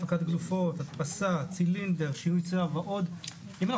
הוא פותח את זה רק לאותם אנשים בודדים